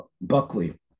Buckley